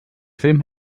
film